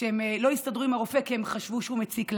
שהן לא הסתדרו עם הרופא כי הן חשבו שהוא מציק להן.